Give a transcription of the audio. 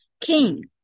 King